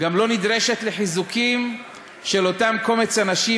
גם לא נדרשת לחיזוקים של אותו קומץ אנשים